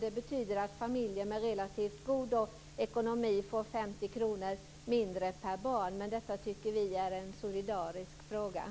Det betyder att familjer med relativt god ekonomi får 50 kr mindre per barn. Det tycker vi är en fråga om solidaritet.